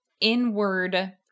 inward